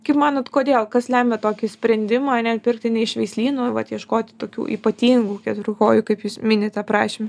kaip manot kodėl kas lemia tokį sprendimą ne pirkti ne iš veislyno vat ieškoti tokių ypatingų keturkojų kaip jūs minit aprašyme